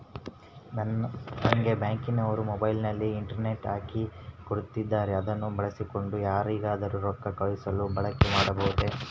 ನಂಗೆ ಬ್ಯಾಂಕಿನವರು ಮೊಬೈಲಿನಲ್ಲಿ ಇಂಟರ್ನೆಟ್ ಹಾಕಿ ಕೊಟ್ಟಿದ್ದಾರೆ ಅದನ್ನು ಬಳಸಿಕೊಂಡು ಯಾರಿಗಾದರೂ ರೊಕ್ಕ ಕಳುಹಿಸಲು ಬಳಕೆ ಮಾಡಬಹುದೇ?